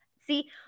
See